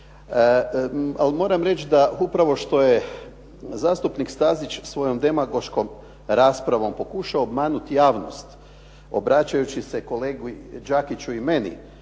Ali moram reći da upravo što je zastupnik Stazić svojom demagoškom raspravom pokušao obmanuti javnost obraćajući se kolegi Đakiću i meni